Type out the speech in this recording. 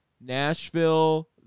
Nashville